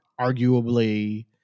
arguably